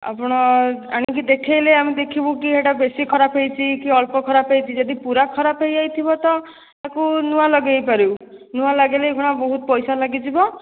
ଆପଣ ଆଣିକି ଦେଖାଇଲେ ଆମେ ଦେଖିବୁ କି ଏଇଟା ବେଶୀ ଖରାପ ହୋଇଛି କି ଅଳ୍ପ ଖରାପ ହୋଇଛି ଯଦି ପୁରା ଖରାପ ହୋଇଯାଇଥିବ ତ ତାକୁ ନୂଆ ଲଗାଇପାରିବୁ ନୂଆ ଲାଗିଲେ ଏଇକ୍ଷିଣା ବହୁତ ପଇସା ଲାଗିଯିବ